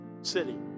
city